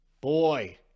boy